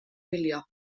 wylio